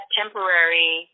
temporary